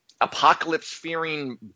apocalypse-fearing